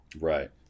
Right